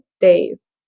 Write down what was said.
days